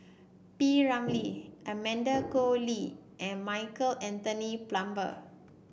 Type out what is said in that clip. P Ramlee Amanda Koe Lee and Michael Anthony Palmer